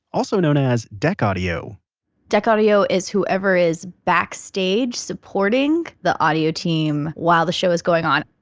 also known as deck audio deck audio is whoever is backstage supporting the audio team while the show is going on.